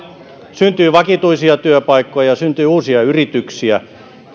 syntyy vakituisia työpaikkoja ja syntyy uusia yrityksiä